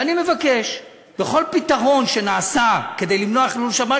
ואני מבקש: בכל פתרון שנעשה כדי למנוע חילול שבת,